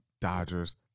dodgers